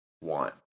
want